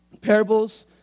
parables